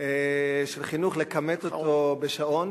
של חינוך, לכמת אותו בשעון.